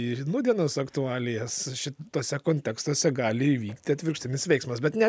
ir nūdienos aktualijas šituose kontekstuose gali įvykti atvirkštinis veiksmas bet ne